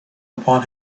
upon